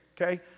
okay